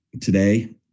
today